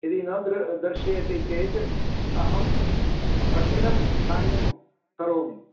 यदि न दृ दर्शयति चेत् अहं कठिनं कार्यं करोमि